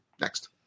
Next